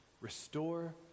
restore